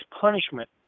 punishment